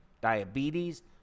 diabetes